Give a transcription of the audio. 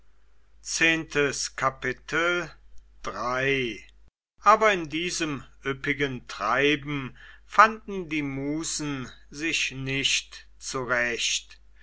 aber in diesem üppigen treiben fanden die musen sich nicht zurecht